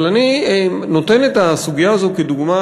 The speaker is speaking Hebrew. אבל אני נותן את הסוגיה הזאת כדוגמה,